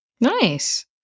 Nice